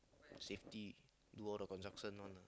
safety do all the constructions one lah